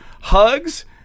hugs